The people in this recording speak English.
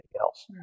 else